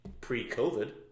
pre-COVID